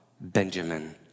Benjamin